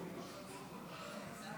מצביע חבר הכנסת